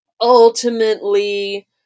ultimately